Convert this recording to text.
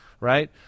right